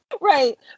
Right